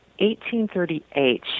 1838